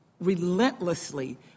relentlessly